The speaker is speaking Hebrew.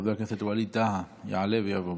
חבר הכנסת ווליד טאהא יעלה ויבוא.